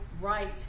right